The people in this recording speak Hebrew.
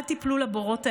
אל תיפלו לבורות האלה.